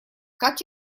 как